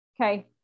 Okay